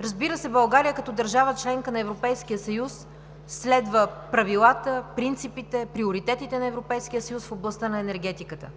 Разбира се, България като държава – членка на Европейския съюз, следва правилата, принципите, приоритетите на Европейския съюз в областта на енергетиката,